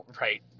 right